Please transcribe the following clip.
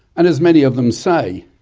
and as many of them say,